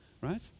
right